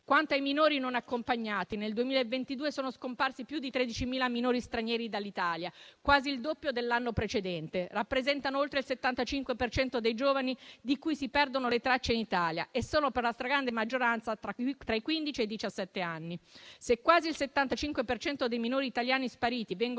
Quanto ai minori non accompagnati, nel 2022 sono scomparsi più di 13.000 minori stranieri dall'Italia, quasi il doppio dell'anno precedente. Rappresentano oltre il 75 per cento dei giovani di cui si perdono le tracce in Italia, e, per la stragrande maggioranza, hanno tra i quindici e i diciassette anni. Se quasi il 75 per cento dei minori italiani spariti viene